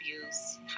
abuse